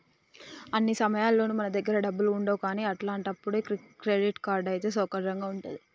అన్ని సమయాల్లోనూ మన దగ్గర డబ్బులు ఉండవు కదా అట్లాంటప్పుడు క్రెడిట్ కార్డ్ అయితే సౌకర్యంగా ఉంటది